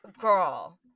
girl